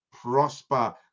prosper